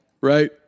right